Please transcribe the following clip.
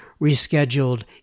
rescheduled